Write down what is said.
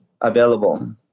available